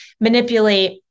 manipulate